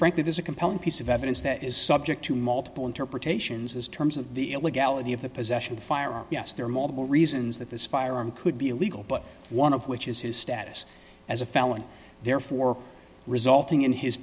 frankly there's a compelling piece of evidence that is subject to multiple interpretations as terms of the illegality of the possession of a firearm yes there are multiple reasons that this firearm could be illegal but one of which is his status as a felon therefore resulting in his